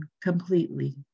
completely